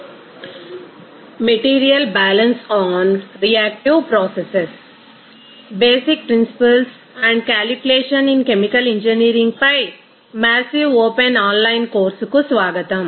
Majumdar chemical engineering department Indian institute of technology Guwahati module 3 fundamentals of material balance lecture 09 material balance on reactive processes basic principles and calculation in chemical engineering పై massive open online course కు స్వాగతం